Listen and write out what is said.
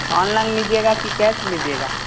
online लीजिएगा कि cash लीजिएगा